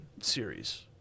series